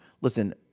listen